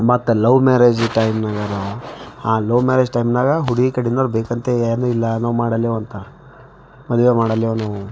ಮತ್ತೆ love marriage ಟೈಮ್ನಾಗನ ಆ ಲವ್ ಮ್ಯಾರೇಜ್ ಟೈಮ್ನಾಗ ಹುಡುಗಿ ಕಡೆಯೋರು ಬೈಕಂತೆನೂ ಇಲ್ಲ ಲವ್ ಮಾಡಲ್ಲೆವು ಅಂತ ಮದ್ವೆ ಮಾಡಲ್ಲೆವು ನಾವು